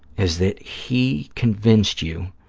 is that he convinced you